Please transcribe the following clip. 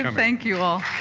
thank you all